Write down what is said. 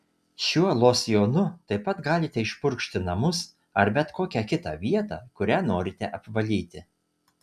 šiuo losjonu taip pat galite išpurkšti namus ar bet kokią kitą vietą kurią norite apvalyti